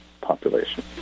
population